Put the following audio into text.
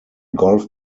golf